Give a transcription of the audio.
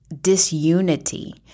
disunity